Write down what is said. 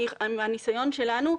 מהניסיון שלנו,